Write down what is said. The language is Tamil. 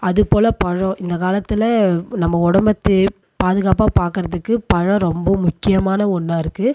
அது போல பழம் இந்த காலத்தில் நம்ம உடம்ப தே பாதுகாப்பாக பார்க்கறத்துக்கு பழம் ரொம்ப முக்கியமான ஒன்னாக இருக்குது